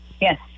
Yes